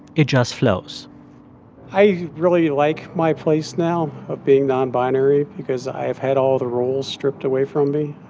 it just flows i really like my place now of being nonbinary because i have had all the roles stripped away from me.